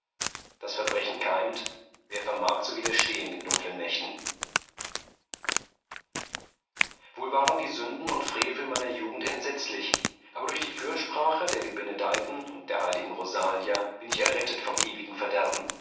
das verbrechen keimt wer vermag zu widerstehen den dunkeln mächten wohl waren die sünden und frevel meiner jugend entsetzlich aber durch die fürsprache der gebenedeiten und der heiligen rosalia bin ich errettet vom ewigen verderben